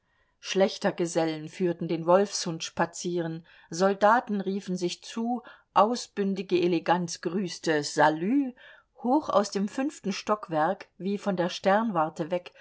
schlächtergesellen führten den wolfshund spazieren soldaten riefen sich zu ausbündige eleganz grüßte salü hoch aus dem fünften stockwerk wie von der sternwarte weg